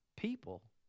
people